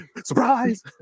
Surprise